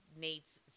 Nate's